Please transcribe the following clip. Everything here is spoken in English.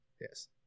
Yes